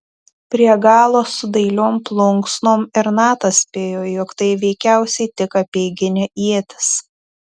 prie galo su dailiom plunksnom ir natas spėjo jog tai veikiausiai tik apeiginė ietis